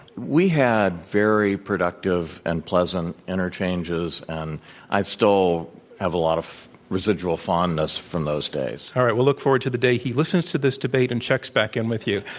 we had very productive and pleasant interchanges. and i still have a lot of residual fondness from those days. all right. we'll look forward to the day he listens to this debate and checks back in with you.